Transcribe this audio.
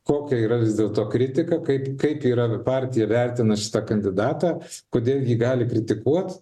kokia yra vis dėlto kritika kaip kaip yra partija vertina šitą kandidatą kodėl jį gali kritikuot